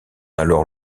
alors